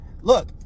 look